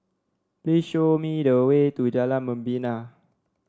please show me the way to Jalan Membina